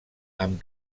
amb